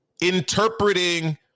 interpreting